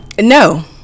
no